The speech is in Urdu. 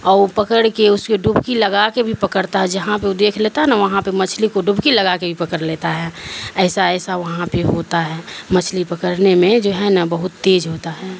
اور پکڑ کے اس کے ڈوبکی لگا کے بھی پکڑتا ہے جہاں پہ دیکھ لیتا ہے نا وہاں پہ مچھلی کو ڈوبکی لگا کے بھی پکڑ لیتا ہے ایسا ایسا وہاں پہ ہوتا ہے مچھلی پکڑنے میں جو ہے نا بہت تیز ہوتا ہے